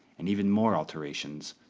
and even more alterations,